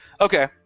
Okay